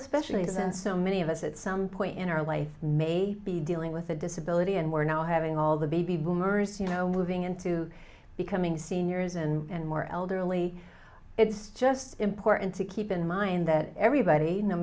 especially then so many of us at some point in our life may be dealing with a disability and we're now having all the baby boomers you know moving into becoming seniors and more elderly it's just important to keep in mind that everybody no